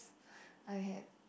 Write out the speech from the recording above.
I had